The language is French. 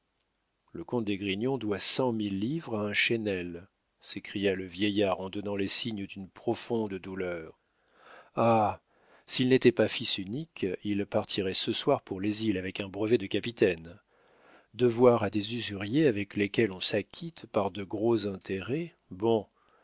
le comte d'esgrignon doit cent mille livres à un chesnel s'écria le vieillard en donnant les signes d'une profonde douleur ah s'il n'était pas fils unique il partirait ce soir pour les îles avec un brevet de capitaine devoir à des usuriers avec lesquels on s'acquitte par de gros intérêts